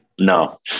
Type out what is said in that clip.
no